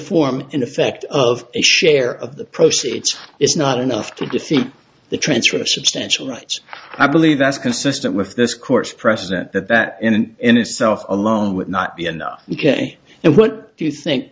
form in effect of a share of the proceeds is not enough to defeat the transfer of substantial rights i believe that's consistent with this court's precedent that that in and in itself alone would not be enough u k and what do you think